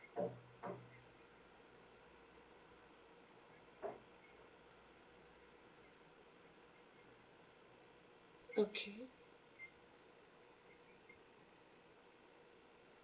okay